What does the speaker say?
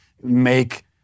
make